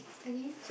again